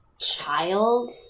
child